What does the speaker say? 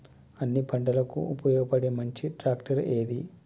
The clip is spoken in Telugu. అన్ని పంటలకు ఉపయోగపడే మంచి ట్రాక్టర్ ఏది?